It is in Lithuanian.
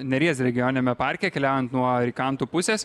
neries regioniniame parke keliaujant nuo rikantų pusės